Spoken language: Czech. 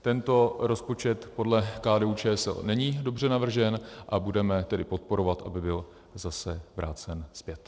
Tento rozpočet podle KDUČSL není dobře navržen, a budeme tedy podporovat, aby byl zase vrácen zpět.